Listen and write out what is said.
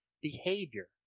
behavior